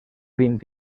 vint